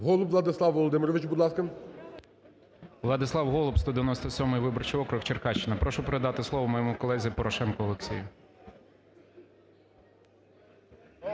Голуб Владислав Володимирович, будь ласка. 10:20:04 ГОЛУБ В.В. Владислав Голуб, 197 виборчий округ, Черкащина. Прошу передати слово моєму колезі Порошенку Олексію.